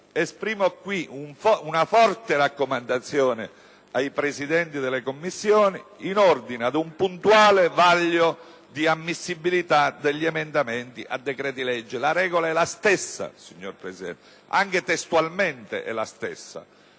«esprimo qui (...) una forte raccomandazione ai Presidenti delle Commissioni in ordine ad un puntuale vaglio di ammissibilità degli emendamenti a decreti-legge» - la regola quindi è la stessa, signora Presidente, anche testualmente è la stessa